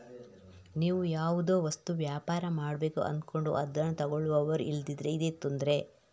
ನೀವು ಯಾವುದೋ ವಸ್ತು ವ್ಯಾಪಾರ ಮಾಡ್ಬೇಕು ಅಂದ್ಕೊಂಡ್ರು ಅದ್ನ ತಗೊಳ್ಳುವವರು ಇಲ್ದಿದ್ರೆ ಇದೇ ತೊಂದ್ರೆ